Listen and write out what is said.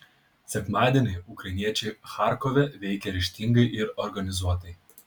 sekmadienį ukrainiečiai charkove veikė ryžtingai ir organizuotai